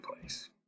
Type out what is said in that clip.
place